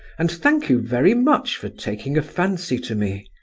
and thank you very much for taking a fancy to me.